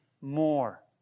more